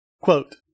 Quote